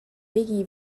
بگی